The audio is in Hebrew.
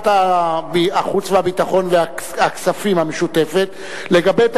בטבת התשע"א, 22